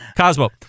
Cosmo